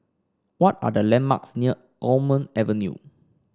what are the landmarks near Almond Avenue